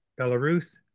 Belarus